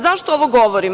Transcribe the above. Zašto ovo govorim?